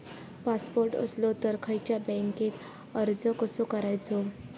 Passport असलो तर खयच्या बँकेत अर्ज कसो करायचो?